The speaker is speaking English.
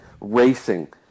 racing